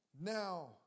now